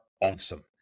awesome